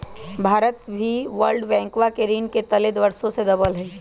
भारत भी वर्ल्ड बैंकवा के ऋण के तले वर्षों से दबल हई